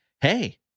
Hey